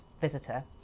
visitor